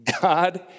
God